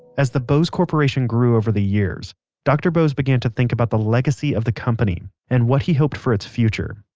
as the bose corporation grew over the years dr. bose began to think about the legacy of the company and what he hoped for its future.